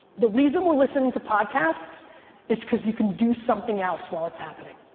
the reason we're listening to podcasts is cause you can do something else while it's happening.